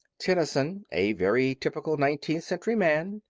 tennyson, a very typical nineteenth century man,